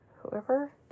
Whoever